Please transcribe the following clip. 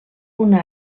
una